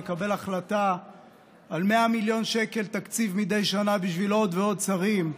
לקבל החלטה על 100 מיליון שקל תקציב שנתי בשביל עוד ועוד שרים,